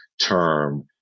Term